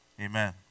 Amen